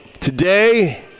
Today